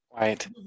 Right